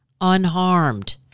unharmed